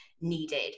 needed